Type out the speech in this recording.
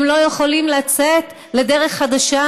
הם לא יכולים לצאת לדרך חדשה,